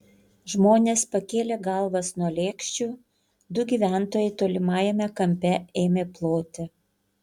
žmonės pakėlė galvas nuo lėkščių du gyventojai tolimajame kampe ėmė ploti